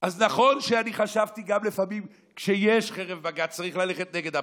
אז נכון שגם אני חשבתי לפעמים שכשיש חרב בג"ץ צריך ללכת נגד הבג"ץ,